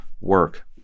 work